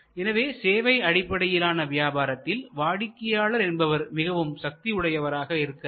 எனவே சேவை அடிப்படையிலான வியாபாரத்தில் வாடிக்கையாளர் என்பவர் மிகவும் சக்தி உடையவராக இருக்கிறார்